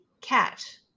cat